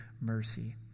mercy